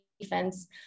defense